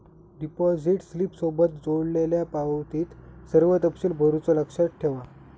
deposit स्लिपसोबत जोडलेल्यो पावतीत सर्व तपशील भरुचा लक्षात ठेवा